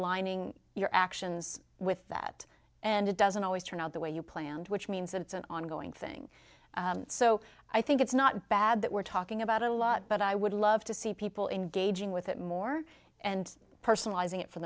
gning your actions with that and it doesn't always turn out the way you planned which means that it's an ongoing thing so i think it's not bad that we're talking about a lot but i would love to see people engaging with it more and personalizing it for